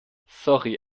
sorry